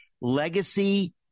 Legacy